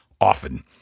often